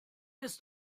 ist